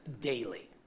daily